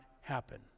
happen